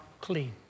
clean